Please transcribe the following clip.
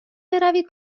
بروید